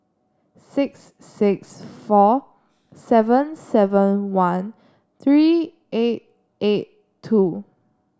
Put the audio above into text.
six six four seven seven one three eight eight two